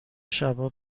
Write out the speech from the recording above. شبا